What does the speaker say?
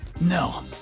No